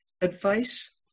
advice